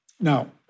Now